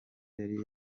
yari